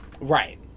Right